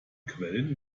quellen